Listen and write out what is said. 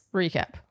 recap